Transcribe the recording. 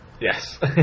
yes